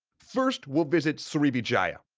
first, we'll visit srivijaya,